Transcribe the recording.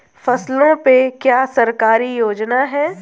फसलों पे क्या सरकारी योजना है?